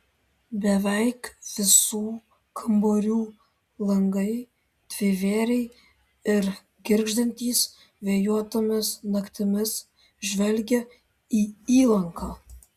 beveik visų kambarių langai dvivėriai ir girgždantys vėjuotomis naktimis žvelgia į įlanką